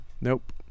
nope